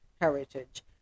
heritage